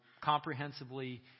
comprehensively